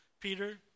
Peter